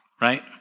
right